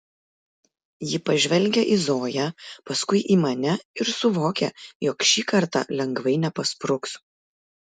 ji pažvelgia į zoją paskui į mane ir suvokia jog šį kartą lengvai nepaspruks